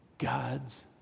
God's